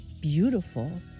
beautiful